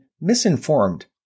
misinformed